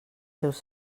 seus